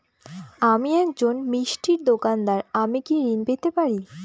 আমি একজন মিষ্টির দোকাদার আমি কি ঋণ পেতে পারি?